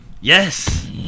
Yes